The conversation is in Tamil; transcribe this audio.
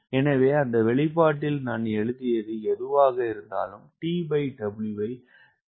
எனவே அந்த வெளிப்பாட்டில் நான் எழுதியது எதுவாக இருந்தாலும் TW ஐ 0 க்கு சமமாக வைக்கவும்